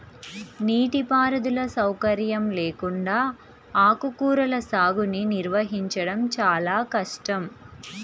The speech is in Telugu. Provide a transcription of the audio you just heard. నీటిపారుదల సౌకర్యం లేకుండా ఆకుకూరల సాగుని నిర్వహించడం చాలా కష్టం